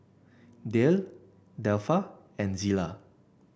Dayle Delpha and Zela